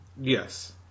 Yes